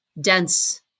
dense